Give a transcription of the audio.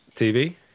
TV